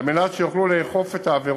על מנת שיוכלו לאכוף את החוק